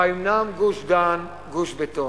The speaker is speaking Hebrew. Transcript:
האומנם גוש-דן גוש בטון?